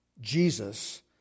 Jesus